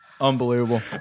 Unbelievable